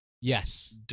Yes